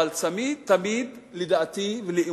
אבל תמיד תמיד, לדעתי ולאמונתי,